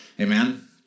Amen